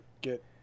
get